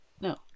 No